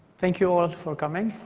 thank you all for coming.